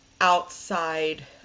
outside